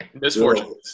misfortune